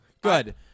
good